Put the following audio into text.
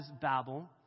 Babel